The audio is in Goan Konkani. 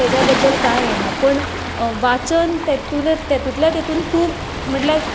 ताज्या बद्दल कांय हें ना पूण वाचन तांतुतल्या तांतूत खूब म्हटल्यार आसपाक जाय